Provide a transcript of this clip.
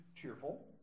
cheerful